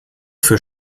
für